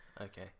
Okay